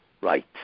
Right